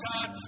God